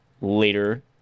later